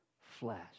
flesh